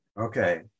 okay